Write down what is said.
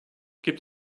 gibt